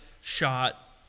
shot